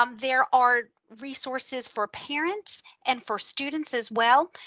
um there are resources for parents and for students as well.